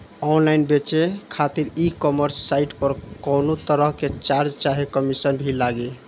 Online बेचे खातिर e commerce site पर कौनोतरह के चार्ज चाहे कमीशन भी लागी?